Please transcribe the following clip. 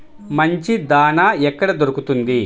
మంచి దాణా ఎక్కడ దొరుకుతుంది?